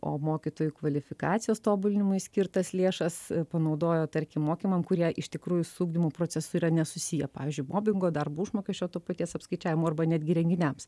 o mokytojų kvalifikacijos tobulinimui skirtas lėšas panaudojo tarkim mokymam kurie iš tikrųjų su ugdymo procesu yra nesusiję pavyzdžiui mobingo darbo užmokesčio to paties apskaičiavimo arba netgi renginiams